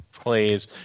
Please